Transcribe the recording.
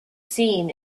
seen